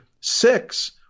six